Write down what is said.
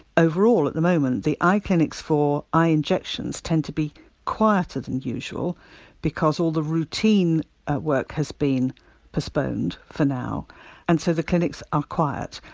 overall, at the moment, the eye clinics for eye injections tend to be quieter than usual because all the routine work has been postponed for now and so the clinics are quiet.